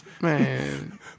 man